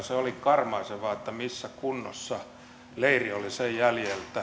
se oli karmaisevaa missä kunnossa leiri oli sen jäljiltä kun luonnonsuojelijat